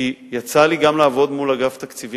כי יצא לי גם לעבוד מול אגף התקציבים